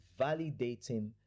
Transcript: validating